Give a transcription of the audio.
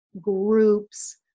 groups